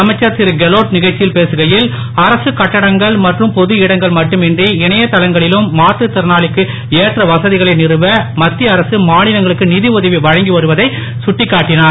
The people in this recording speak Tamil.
அமைச்சர் திரு கெலோட் நிகழ்ச்சியில் பேசகையில் அரசுக் கட்டிடங்கள் மற்றும் பொது இடங்கள் மட்டுமின்றி இணையதளங்களிலும் மாற்றுத் திறனாளிக்கு ஏற்ற வசதிகளை நிறுவ மத்திய அரசு மாநிலங்களுக்கு நிதி உதவி வழங்கி வருவதைச் சுட்டிக்காட்டினார்